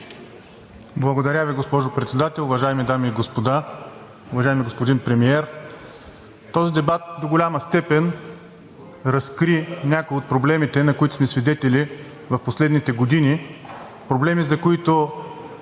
Благодаря Ви, госпожо Председател. Уважаеми дами и господа! Уважаеми господин Премиер, този дебат до голяма степен разкри някои от проблемите, на които сме свидетели в последните години. Проблеми, за които